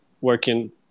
working